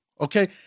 Okay